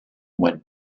went